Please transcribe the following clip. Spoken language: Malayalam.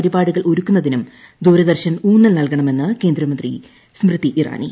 പരിപാടികൾ ഒരുക്കുന്നതിനും ദൂരദർശൻ ഊന്നൽ നൽകണമെന്ന് കേന്ദ്രമന്ത്രി സ്മൃതി ഇറാനി